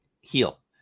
heal